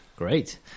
great